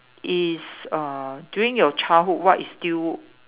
is uh during your childhood what is still